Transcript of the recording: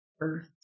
earth